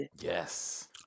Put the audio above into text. Yes